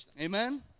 Amen